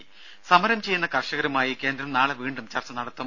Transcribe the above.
രും സമരം ചെയ്യുന്ന കർഷകരുമായി കേന്ദ്രം നാളെ വീണ്ടും ചർച്ച നടത്തും